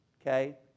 Okay